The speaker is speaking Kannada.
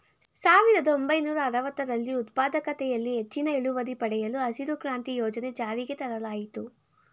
ಸಾವಿರದ ಒಂಬೈನೂರ ಅರವತ್ತರಲ್ಲಿ ಉತ್ಪಾದಕತೆಯಲ್ಲಿ ಹೆಚ್ಚಿನ ಇಳುವರಿ ಪಡೆಯಲು ಹಸಿರು ಕ್ರಾಂತಿ ಯೋಜನೆ ಜಾರಿಗೆ ತರಲಾಯಿತು